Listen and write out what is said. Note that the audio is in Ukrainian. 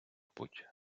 путь